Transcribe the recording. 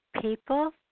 People